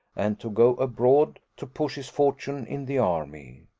and to go abroad, to push his fortune in the army.